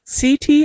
CT